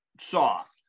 soft